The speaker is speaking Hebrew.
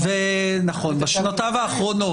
נכון, בשנותיו האחרונות.